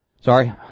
Sorry